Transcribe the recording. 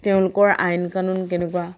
তেওঁলোকৰ আইন কানুন কেনেকুৱা